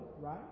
right